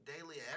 daily